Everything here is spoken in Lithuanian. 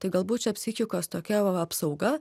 tai galbūt čia psichikos tokia apsauga